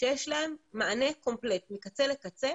שיש להם מענה קומפלט מקצה לקצה,